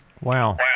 Wow